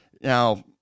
Now